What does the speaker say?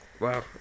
wow